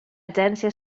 agència